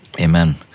Amen